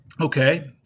Okay